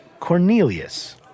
Cornelius